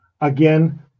Again